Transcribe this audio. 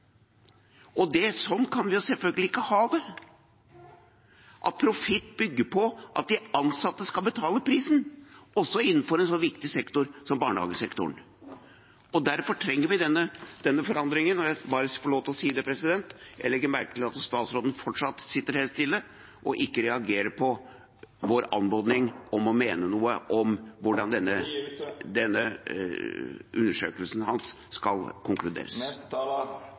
kan vi selvfølgelig ikke ha det – at profitt bygger på at de ansatte skal betale prisen, også innenfor en så viktig sektor som barnehagesektoren. Derfor trenger vi denne forandringen. Og jeg må få lov til å si at jeg legger merke til at statsråden fortsatt sitter helt stille og ikke reagerer på vår anmodning om å mene noe om hvordan denne undersøkelsen hans skal konkluderes.